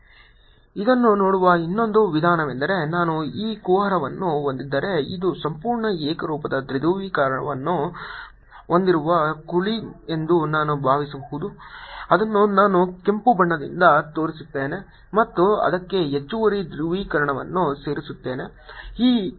E P30zFor inner cavity dipole of P 4π3R13Pz ಇದನ್ನು ನೋಡುವ ಇನ್ನೊಂದು ವಿಧಾನವೆಂದರೆ ನಾನು ಈ ಕುಹರವನ್ನು ಹೊಂದಿದ್ದರೆ ಇದು ಸಂಪೂರ್ಣ ಏಕರೂಪದ ಧ್ರುವೀಕರಣವನ್ನು ಹೊಂದಿರುವ ಕುಳಿ ಎಂದು ನಾನು ಭಾವಿಸಬಹುದು ಅದನ್ನು ನಾನು ಕೆಂಪು ಬಣ್ಣದಿಂದ ತೋರಿಸುತ್ತೇನೆ ಮತ್ತು ಅದಕ್ಕೆ ಹೆಚ್ಚುವರಿ ಧ್ರುವೀಕರಣವನ್ನು ಸೇರಿಸುತ್ತೇನೆ